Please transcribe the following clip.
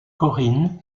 corinne